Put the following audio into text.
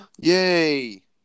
Yay